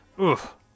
Oof